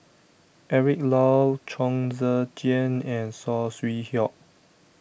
Eric Low Chong Tze Chien and Saw Swee Hock